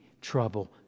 trouble